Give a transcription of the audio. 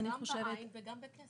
גם בעין וגם בכסף.